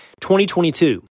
2022